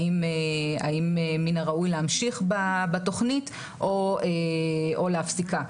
האם מן הראוי להמשיך בתוכנית או להפסיקה,